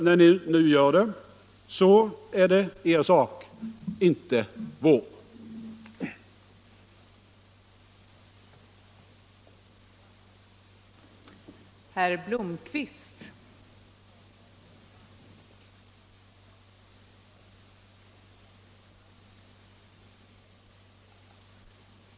När ni nu gör det är det er sak, inte vår.